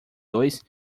dois